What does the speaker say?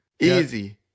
Easy